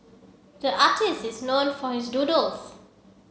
the artists is known for his doodles